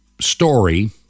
story